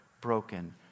broken